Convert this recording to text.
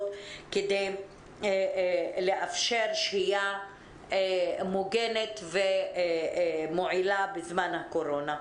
כדי לאפשר שהייה מוגנת ומועילה בזמן הקורונה.